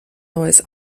neues